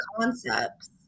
concepts